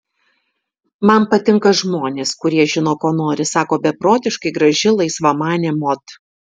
man patinka žmonės kurie žino ko nori sako beprotiškai graži laisvamanė mod